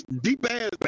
deep-ass